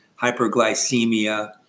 hyperglycemia